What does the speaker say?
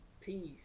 peace